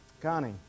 Connie